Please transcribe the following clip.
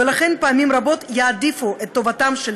ולכן פעמים רבות יעדיפו את טובתם של